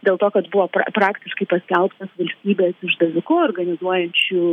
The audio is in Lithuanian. dėl to kad buvo praktiškai paskelbtas valstybės išdaviku organizuojančiu